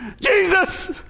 Jesus